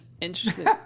interesting